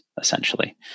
essentially